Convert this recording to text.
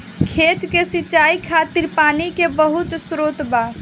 खेत के सिंचाई खातिर पानी के बहुत स्त्रोत बा